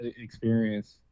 experience